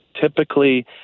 typically